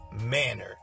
manner